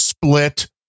split